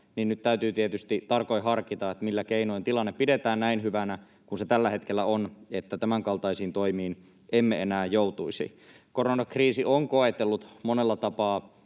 niin nyt täytyy tietysti tarkoin harkita, millä keinoin tilanne pidetään näin hyvänä kuin se tällä hetkellä on, että tämänkaltaisiin toimiin emme enää joutuisi. Koronakriisi on koetellut monella tapaa